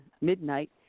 midnight